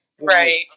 Right